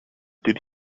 did